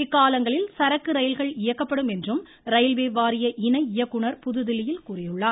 இக்காலங்களில் சரக்கு ரயில்கள் இயக்கப்படும் என்றும் ரயில்வே வாரிய இணை இயக்குநர் புதுதில்லியில் கூறியுள்ளார்